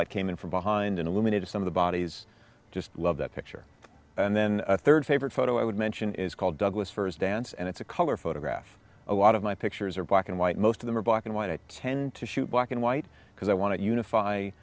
sunlight came in from behind and illuminated some of the bodies just love that picture and then a third favorite photo i would mention is called douglas firs dance and it's a color photograph a lot of my pictures are black and white most of them are black and white tend to shoot black and white because i want to unify